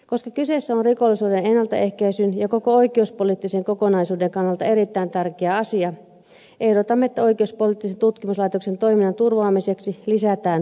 koska kyseessä on rikollisuuden ennaltaehkäisyn ja koko oikeuspoliittisen kokonaisuuden kannalta erittäin tärkeä asia ehdotamme että oikeuspoliittisen tutkimuslaitoksen toiminnan turvaamiseksi lisätään miljoona euroa